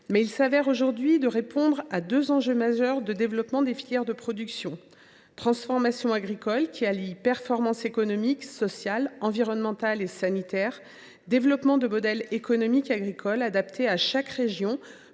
Mais il s’avère aujourd’hui nécessaire de traiter deux enjeux majeurs de développement des filières de production : la transformation agricole, qui allie performance économique, sociale, environnementale et sanitaire, et le développement de modèles économiques agricoles adaptés à chaque région,